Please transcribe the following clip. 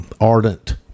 ardent